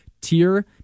tier